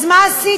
אז מה עשיתם?